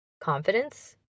confidence